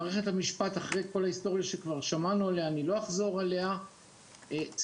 אני לא אחזור על ההיסטוריה ששמענו,